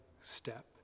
step